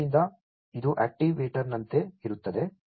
ಆದ್ದರಿಂದ ಇದು ಆಕ್ಟಿವೇಟರ್ನಂತೆ ಇರುತ್ತದೆ